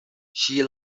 she